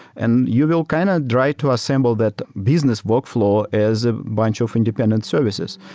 and you will kind of write to assemble that business workflow as a bunch of independent services.